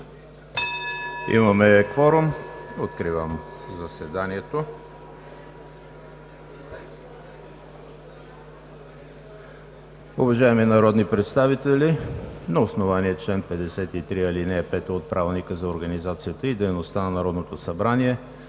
Има кворум. Откривам заседанието. Уважаеми народни представители, на основание чл. 53, ал. 5 от Правилника за организацията и дейността на Народното събрание